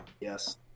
Yes